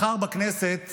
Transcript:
מחר בכנסת